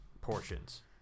portions